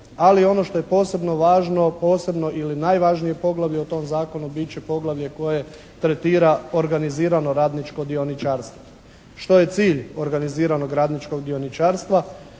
Ali ono što je posebno važno posebno ili najvažnije poglavlje u tom zakonu bit će poglavlje koje tretira organizirano radničko dioničarstvo. Što je cilj organiziranog radničkog dioničarstva?